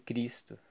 Cristo